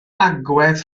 agwedd